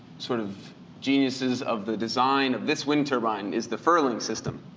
sort of geniuses of the design of this wind turbine is the furling system.